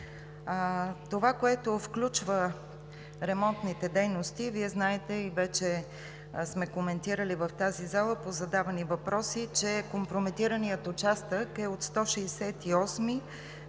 Това, което включват ремонтните дейности, Вие знаете и вече сме коментирали в тази зала по задавани въпроси, че компрометираният участък е от 168